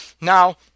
Now